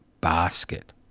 basket